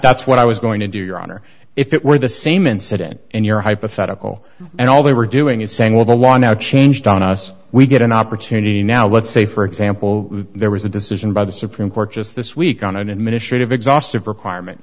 that's what i was going to do your honor if it were the same incident in your hypothetical and all they were doing is saying well the law now changed on us we get an opportunity now let's say for example there was a decision by the supreme court just this week on an administrative exhaustive requirement